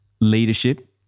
leadership